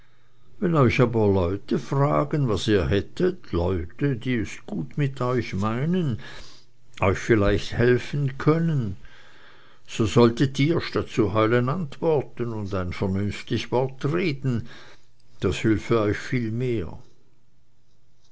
wenn euch aber leute fragen was ihr hättet leute die es gut mit euch meinen euch vielleicht helfen könnten so solltet ihr statt zu heulen antworten und ein vernünftig wort reden das hülfe euch viel mehr